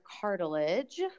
cartilage